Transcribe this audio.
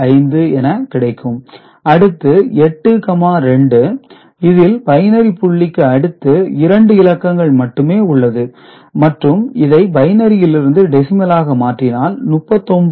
875 என கிடைக்கும் அடுத்து 82 இதில் பைனரி புள்ளிக்கு அடுத்து இரண்டு இலக்கங்கள் மட்டுமே உள்ளது மற்றும் இதை பைனரியிலிருந்து டெசிமலாக மாற்றினால் 39